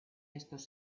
estos